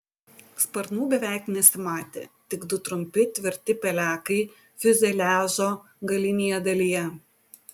sparnų beveik nesimatė tik du trumpi tvirti pelekai fiuzeliažo galinėje dalyje